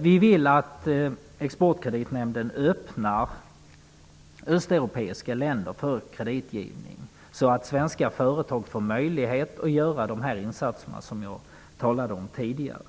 Vi vill att Exportkreditnämnden öppnar östeuropeiska länder för kreditgivning så att svenska företag får möjlighet att göra de insatser som jag talade om tidigare.